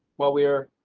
while we are